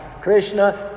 Krishna